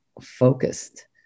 focused